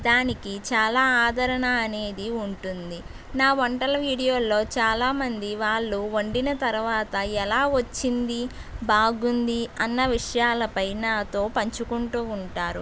దానికి చాలా ఆదరణ అనేది ఉంటుంది నా వంటల వీడియోలలో చాలా మంది వాళ్ళు వండిన తర్వాత ఎలా వచ్చింది బాగుంది అన్న విషయాలపై నాతో పంచుకుంటూ ఉంటారు